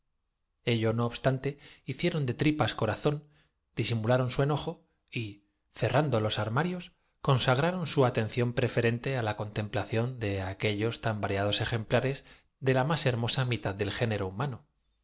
ello no obstante hicieron de tripas corazón disimula ron su enojo y cerrando los armarios consagraron su su supresión definitiva atención preferente á la contemplación de aquellos tan variados ejemplares de la más hermosa mitad del gé nero humano